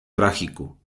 trágico